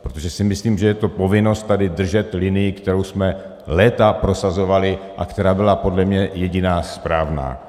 Protože si myslím, že je povinnost držet tady linii, kterou jsme léta prosazovali a která byla podle mě jediná správná.